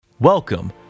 Welcome